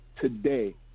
today